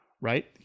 right